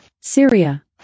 Syria